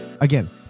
Again